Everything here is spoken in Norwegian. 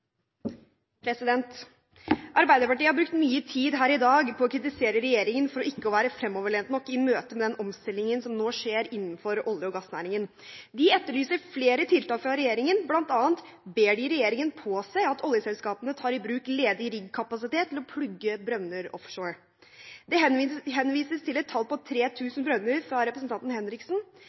Arbeiderpartiet har brukt mye tid her i dag på å kritisere regjeringen for ikke å være fremoverlent nok i møte med den omstillingen som nå skjer innenfor olje- og gassnæringen. De etterlyser flere tiltak fra regjeringen, bl.a. ber de regjeringen påse at oljeselskapene tar i bruk ledig riggkapasitet til å plugge brønner offshore. Det henvises til et tall på 3 000 brønner, fra representanten Henriksen.